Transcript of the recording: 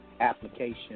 application